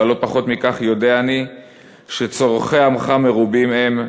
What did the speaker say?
אבל לא פחות מכך יודע אני ש"צורכי עמך מרובים הם",